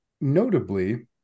Notably